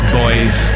boys